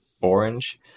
orange